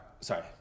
sorry